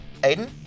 Aiden